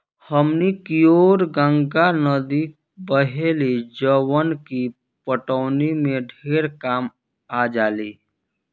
हमनी कियोर गंगा नद्दी बहेली जवन की पटवनी में ढेरे कामे आजाली